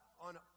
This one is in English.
on